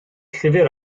llyfr